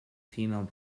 female